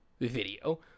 video